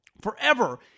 Forever